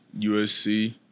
USC